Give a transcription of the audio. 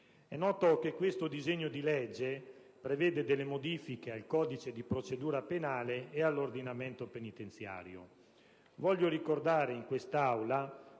È noto che questo disegno di legge prevede delle modifiche al codice di procedura penale e all'ordinamento penitenziario. Voglio ricordare in quest'Aula